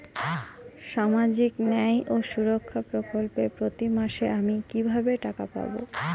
সামাজিক ন্যায় ও সুরক্ষা প্রকল্পে প্রতি মাসে আমি কিভাবে টাকা পাবো?